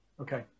Okay